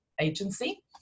agency